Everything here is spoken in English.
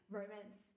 romance